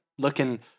looking